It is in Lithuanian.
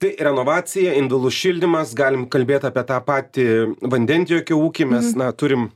tai renovacija indulų šildymas galim kalbėt apie tą patį vandentiekio ūkį mes turim